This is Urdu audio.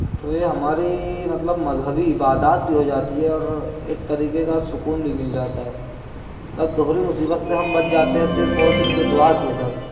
تو یہ ہماری مطلب مذہبی عبادات بھی ہو جاتی ہے اور ایک طریقے کا سکون بھی مل جاتا ہے اب دوہری مصیبت سے ہم بچ جاتے ہیں اور صرف اور صرف دعا کی وجہ سے